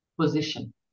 position